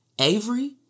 Avery